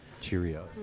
Cheerio